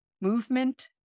Movement